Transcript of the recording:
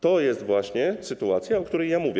To jest właśnie sytuacja, o której ja mówię.